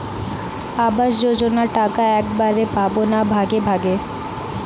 আবাস যোজনা টাকা একবারে পাব না ভাগে ভাগে?